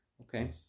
Okay